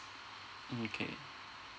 mm K